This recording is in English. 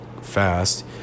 fast